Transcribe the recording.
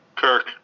Kirk